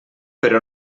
però